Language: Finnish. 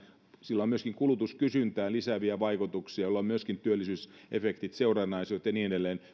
sillä on myöskin kulutuskysyntää lisääviä vaikutuksia joilla on myöskin työllisyysefektit seurannaisuudet ja niin edelleen